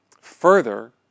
further